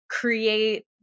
create